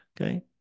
Okay